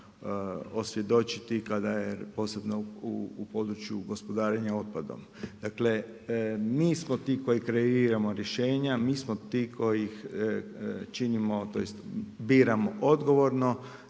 osvjedočiti kada je posebno u području gospodarenja otpadom. Dakle mi smo ti koji kreiramo rješenja, mi smo to koji činimo tj. biramo odgovorno